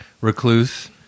recluse